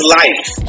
life